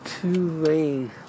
two-lane